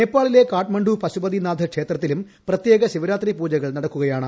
നേപ്പാളിലെ കാണമണ്ഡു പശുപതിനാഥ് ക്ഷേത്രത്തിലും പ്രത്യേക ശിവരാത്രി പൂജകൾ നടക്കുകയാണ്